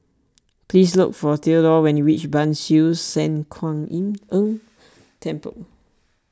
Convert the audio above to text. please look for theodore when you reach Ban Siew San Kuan Im Tng Temple